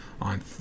on